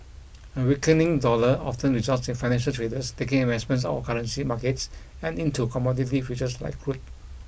a weakening dollar often results in financial traders taking investments out of currency markets and into commodity futures like crude